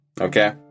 okay